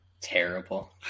Terrible